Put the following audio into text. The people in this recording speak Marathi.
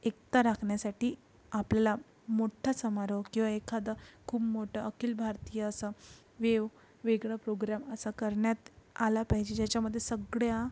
एकता राखण्यासाठी आपला मोठा समारोप किंवा एखादं खूब मोठं अखिल भारतीय असं वेव वेगळं पोग्रॅम असा करण्यात आला पाहिजे ज्याच्यामध्ये सगळया